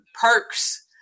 perks